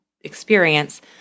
experience